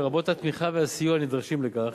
לרבות התמיכה והסיוע הנדרשים לכך,